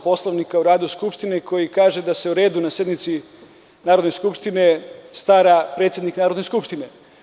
Poslovnika o radu Skupštine, koji kaže da se o redu na sednici Narodne skupštine stara predsednik narodne skupštine.